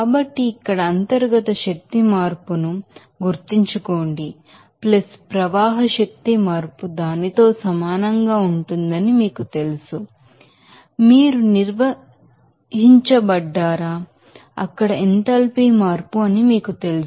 కాబట్టి ఇక్కడ ఈ ఇంటర్నల్ ఎనర్జీ చేంజ్ ను గుర్తుంచుకోండి ఫ్లో వర్క్ చేంజ్ తో సమానంగా ఉంటుందని మీకు తెలుసు మీరు నిర్వచించబడ్డారా అక్కడ ఎంథాల్పీ మార్పు అని మీకు తెలుసు